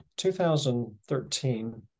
2013